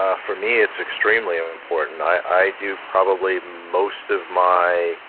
for me, it's extremely um important. i do probably most of my